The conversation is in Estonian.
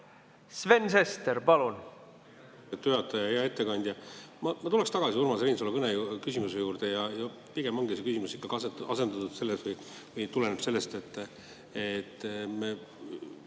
Sven Sester, palun!